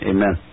Amen